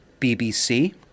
BBC